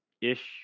ish